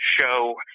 show